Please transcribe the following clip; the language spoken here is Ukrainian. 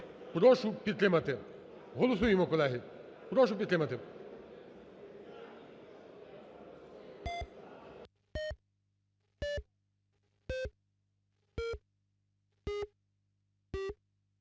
прошу підтримати. Голосуємо, колеги. Прошу підтримати.